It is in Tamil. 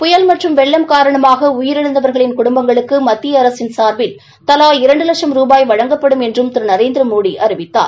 புயல் மற்றும் வெள்ளம் காரணமாக உயிரிழந்தவர்களுக்கு மத்திய அரசின் சார்பில் தவா இரண்டு வட்சம் ரூபாய் வழங்கப்படும் என்றும் திரு நரேந்திரமோடி அறிவித்தார்